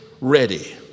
ready